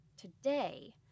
Today